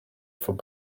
faut